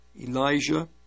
Elijah